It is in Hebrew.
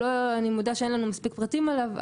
אני מודה שאין לנו מספיק פרטים עליו,